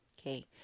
Okay